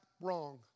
wrong